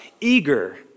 eager